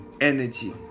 energy